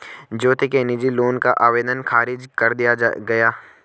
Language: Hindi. ज्योति के निजी लोन का आवेदन ख़ारिज कर दिया गया